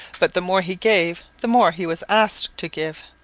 but the more he gave the more he was asked to give.